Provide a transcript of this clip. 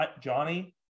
Johnny